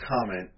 comment